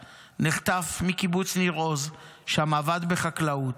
שנחטף מקיבוץ ניר עוז, שם עבד בחקלאות,